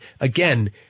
Again